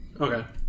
Okay